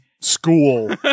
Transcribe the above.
School